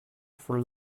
for